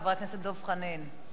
חבר הכנסת דב חנין,